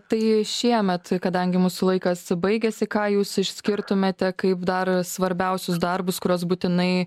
tai šiemet kadangi mūsų laikas baigėsi ką jūs išskirtumėte kaip dar svarbiausius darbus kuriuos būtinai